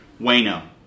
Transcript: Wayno